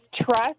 trust